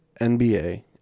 nba